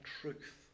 truth